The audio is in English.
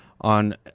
on